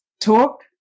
talk